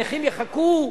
הנכים יחכו,